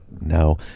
no